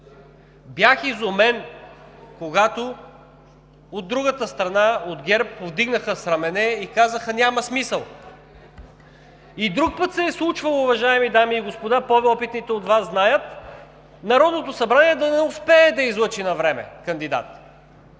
Бях изумен, когато от другата страна, от ГЕРБ повдигнаха рамене и казаха: „Няма смисъл!“ И друг път се е случвало, уважаеми дами и господа, по-опитните от Вас знаят, Народното събрание да не успее да излъчи навреме кандидат.